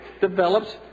develops